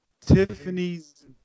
Tiffany's